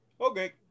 Okay